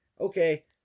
Okay